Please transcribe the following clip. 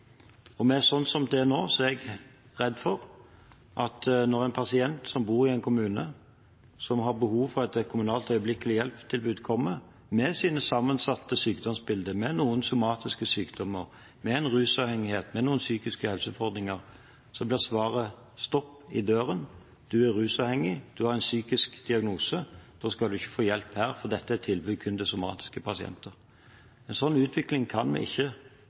ikke vi også er tydelige på at disse sengene også gjelder mennesker med rus- og psykiske helseutfordringer, så er jeg redd for at når en pasient som bor i en kommune og har behov for et kommunalt øyeblikkelig hjelp-tilbud, kommer med sitt sammensatte sykdomsbilde, med noen somatiske sykdommer, med en rusavhengighet, med noen psykiske helseutfordringer, så blir svaret stopp i døren: Du er rusavhengig, du har en psykisk diagnose, da skal du ikke få hjelp her, for dette er et tilbud kun til somatiske pasienter. En sånn utvikling